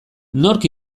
nork